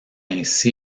ainsi